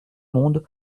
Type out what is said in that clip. monde